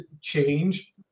change